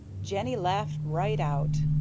jenny laughed right out.